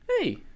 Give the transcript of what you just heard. Hey